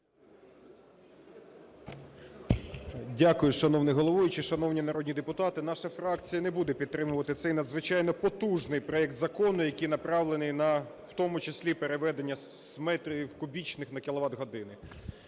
Дякую. Шановний головуючий, шановні народні депутати, наша фракція не буде підтримувати цей надзвичайно потужний проект закону, який направлений на в тому числі переведення з метрів кубічних на кіловат-години.